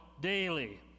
daily